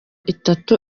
itatu